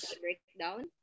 breakdown